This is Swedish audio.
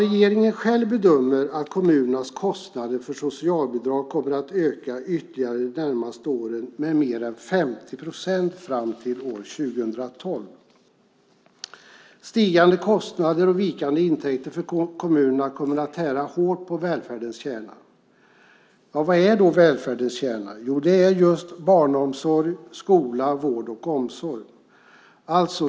Regeringen själv bedömer att kommunernas kostnader för socialbidrag kommer att öka ytterligare de närmaste åren, med mer än 50 procent fram till 2012. Stigande kostnader och vikande intäkter för kommunerna kommer att tära hårt på välfärdens kärna. Vad är då välfärdens kärna? Jo, det är just barnomsorg, skola, vård och omsorg.